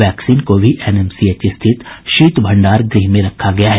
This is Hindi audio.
वैक्सीन को अभी एनएमसीएच स्थित शीत भण्डार गृह में रखा गया है